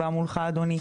גם מולך אדוני,